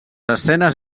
escenes